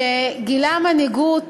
שגילה מנהיגות